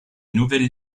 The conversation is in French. nouvelle